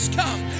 come